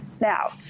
Now